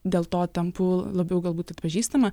dėl to tampu labiau galbūt atpažįstama